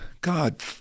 God